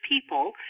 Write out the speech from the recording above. people